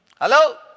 Hello